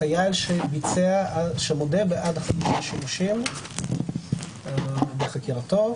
חייל שמודה בעד חמישה שימושים בחקירתו,